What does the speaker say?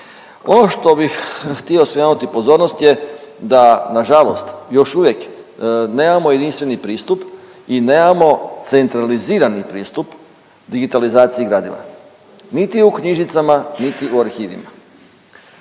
Ono što bi htio skrenuti pozornost je da na žalost još uvijek nemamo jedinstveni pristup i nemamo centralizirani pristup digitalizaciji gradiva niti u knjižnicama niti u arhivima.